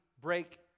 Break